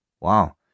Wow